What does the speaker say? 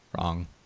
Wrong